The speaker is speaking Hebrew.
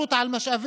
תחרות על משאבים.